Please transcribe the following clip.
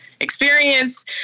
experience